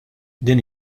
din